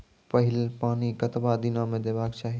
पहिल पानि कतबा दिनो म देबाक चाही?